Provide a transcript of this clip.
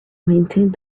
maintained